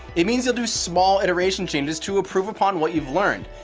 it means you'll do small iteration changes to improve upon what you've learned,